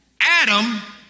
Adam